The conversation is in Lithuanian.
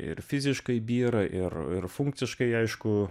ir fiziškai byra ir ir funkciškai aišku